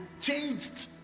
changed